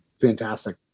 Fantastic